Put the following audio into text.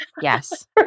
Yes